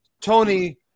Tony